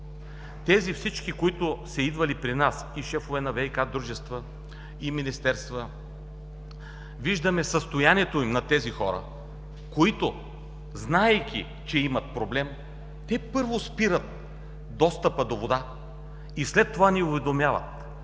тези, които са идвали при нас – и шефове на ВиК дружества, и министерства, виждаме състоянието и на тези хора, които, знаейки, че имат проблем, първо спират достъпа до вода и след това ни уведомяват.